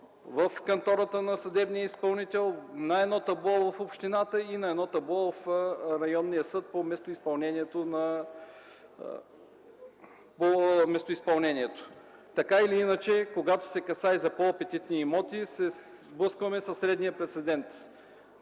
в кантората на съдебния изпълнител, на табло в общината и на табло в районния съд по местоизпълнението. Когато се касае за по-апетитни имоти, се сблъскваме със следния прецедент: